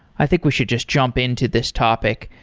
i think we should just jump into this topic.